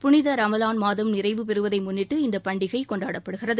புனித ரமலான் மாதம் நிறைவு பெறுவதை முன்னிட்டு இந்தப் பண்டிகை கொண்டாடப்படுகிறது